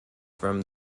from